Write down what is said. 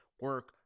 Work